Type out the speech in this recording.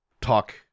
Talk